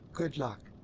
good luck,